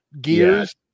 gears